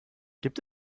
gibt